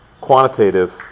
quantitative